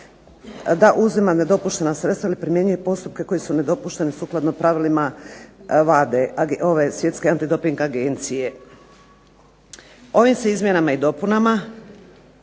da uzima nedopuštena sredstva ili primjenjuje postupke koji su nedopušteni sukladno pravilima Svjetske antidoping agencije. Ovim se izmjenama i dopunama